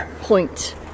point